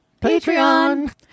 Patreon